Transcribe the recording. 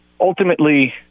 ultimately